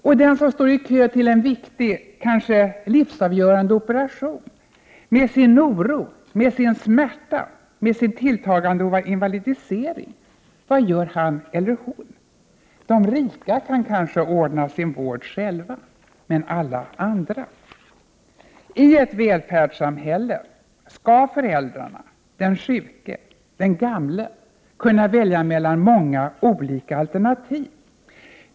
Och den som står i kö till en viktig, kanske livsavgörande operation, med sin oro, med sin smärta, med sin tilltagande invalidisering, vad gör han eller hon? De rika kan kanske ordna sin vård själva — men alla andra? Prot. 1988/89:59 I ett välfärdssamhälle skall föräldrarna, den sjuke, den gamle kunna välja 1 februari 1989 mellan många olika alternativ.